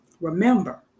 Remember